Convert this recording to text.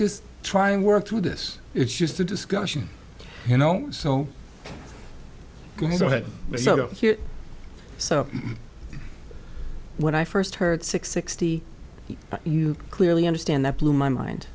just try and work through this it's just a discussion you know so much so here so when i first heard six sixty you clearly understand that blew my mind